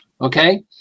okay